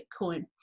bitcoin